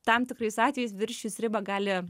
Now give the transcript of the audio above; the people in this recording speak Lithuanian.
tam tikrais atvejais viršijus ribą gali